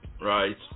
right